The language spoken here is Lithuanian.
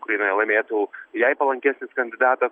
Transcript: kuriame laimėtų jai palankesnis kandidatas